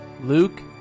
Luke